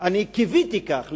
אני קיוויתי כך,